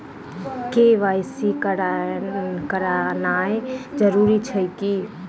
KYC करानाइ जरूरी अछि की?